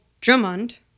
Drummond